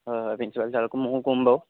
হয় হয় প্ৰিন্সিপাল চাৰকো ময়ো কম বাৰু